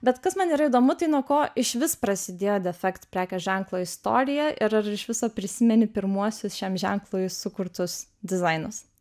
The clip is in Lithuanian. bet kas man yra įdomu tai nuo ko išvis prasidėjo defekt prekės ženklo istorija ir ar iš viso prisimeni pirmuosius šiam ženklui sukurtus dizainus